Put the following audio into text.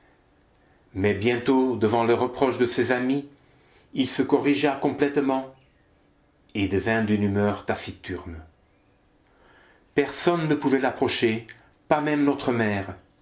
mais bientôt devant les reproches de ses amis il se corrigea complètement et devint d'une humeur taciturne personne ne pouvait l'approcher pas même notre mère